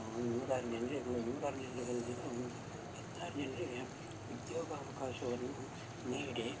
ಒಂದು ನೂರಾರು ಜನರಿಗೂ ನೂರಾರು ಜನ್ರಿಗಲ್ದಿದ್ದರೂ ಒಂದು ಹತ್ತಾರು ಜನರಿಗೆ ಉದ್ಯೋಗ ಅವಕಾಶವನ್ನು ನೀಡಿ